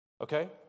Okay